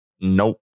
Nope